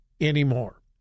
anymore